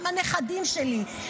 גם הנכדים שלי,